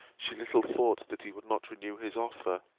she little thought that he would not renew his offer.